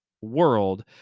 world